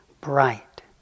bright